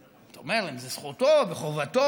אתה אומר, אם זאת זכותו וחובתו,